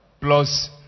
plus